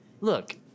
Look